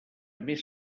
més